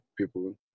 people